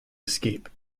escape